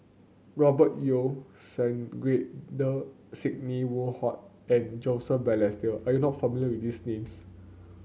Robert Yeo Sandrasegaran Sidney Woodhull and Joseph Balestier are you not familiar with these names